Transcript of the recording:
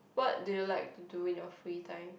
what do you like to do in your free time